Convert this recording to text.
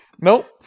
nope